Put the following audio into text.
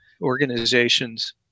organizations